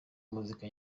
muzika